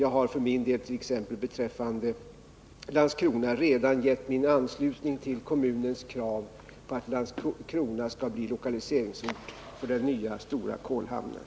Jag har för min del t.ex. beträffande Landskrona redan gett min anslutning till kommunens krav på att Landskrona skall bli lokaliseringsort för den nya stora kolhamnen.